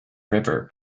river